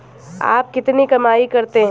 आप कितनी कमाई करते हैं?